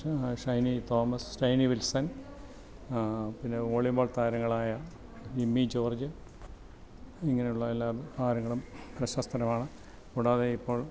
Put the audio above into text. ഷൈനി തോമസ് ഷൈനി വിൽസൺ പിന്നെ വോളിബോൾ താരങ്ങളായ ജിമ്മി ജോർജ് ഇങ്ങനെയുള്ള എല്ലാ താരങ്ങളും പ്രശസ്തരുമാണ് കൂടാതെ ഇപ്പോൾ